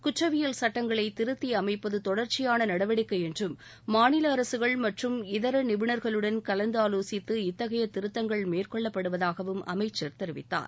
குற்றவியல் சட்டங்களை திருத்தி அமைப்பது தொடர்ச்சியான நடவடிக்கை என்றும் மாநில அரசுகள் மற்றும் இதர நிபுணர்களுடன் கலந்து ஆலோசித்து இத்தகைய திருத்தங்கள் மேற்கொள்ளப்படுவதாகவும் அமைச்சர் தெரிவித்தார்